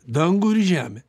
dangų ir žemę